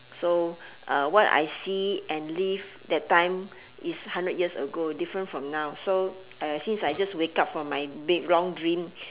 so what I see and live that time is hundred years ago different from now so since I just wake up from my bed long dream